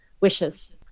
wishes